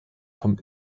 vom